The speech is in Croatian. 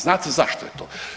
Znate zašto je to?